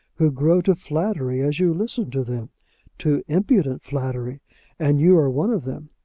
who grow to flattery as you listen to them to impudent flattery and you are one of them.